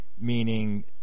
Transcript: meaning